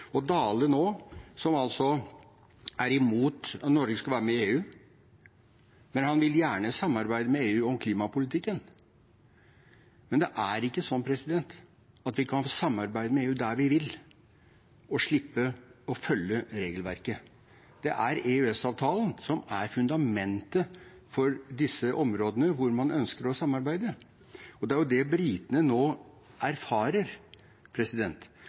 Og Dale nå, som er imot at Norge skal være med i EU, men han vil gjerne samarbeide med EU om klimapolitikken. Men det er ikke sånn at vi kan samarbeide med EU der vi vil, og slippe å følge regelverket. Det er EØS-avtalen som er fundamentet for disse områdene hvor man ønsker å samarbeide, og det er jo det britene nå erfarer.